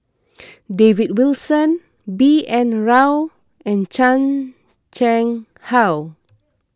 David Wilson B N Rao and Chan Chang How